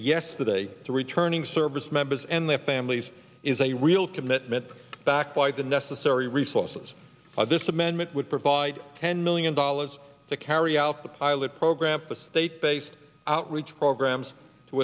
yesterday to returning service members and their families is a real commitment backed by the necessary resources of this amendment would provide ten million dollars to carry out the pilot program for the state based outreach programs to